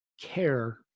care